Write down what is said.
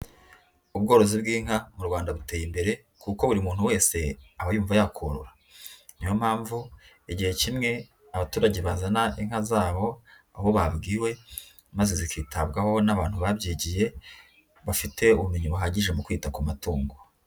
Ubworozi bw'inka mu Rwanda buteye imbere, kuko buri muntu wese aba yumva yakorora, niyo mpamvu igihe kimwe abaturage bazana inka zabo aho babwiwe, maze zikitabwaho n'abantu babyigiye bafite ubumenyi buhagije mu kwita ku matungo.